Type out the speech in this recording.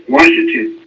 Washington